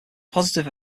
positive